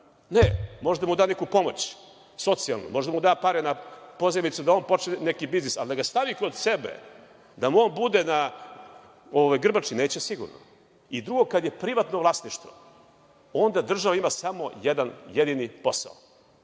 Ne, možda mu da neku pomoć, socijalnu, možda mu da pare na pozajmicu da on počne neki biznis ali da ga stavi kod sebe, da mu on bude na grbači, neće sigurno. Drugo, kad je privatno vlasništvo, onda država ima samo jedan jedini posao,